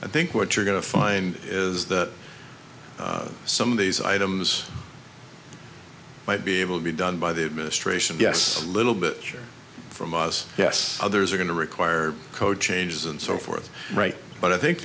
i think what you're going to find is that some of these items might be able to be done by the administration guess a little bit from us yes others are going to require code changes and so forth right but i think